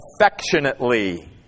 affectionately